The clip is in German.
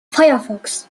firefox